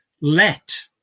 Let